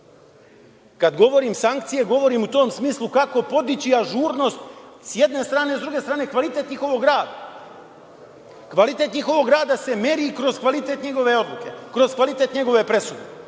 Kada govorim sankcije, govorim u tom smislu kako podiće ažurnost s jedne strane, s druge strane kvalitet njihovog rada. Kvalitet njihovog rada se meri kroz kvalitet njegove odluke, kroz kvalitet njegove presude.